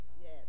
yes